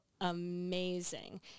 amazing